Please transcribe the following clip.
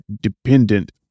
dependent